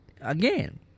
again